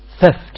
theft